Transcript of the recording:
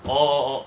oh oh oh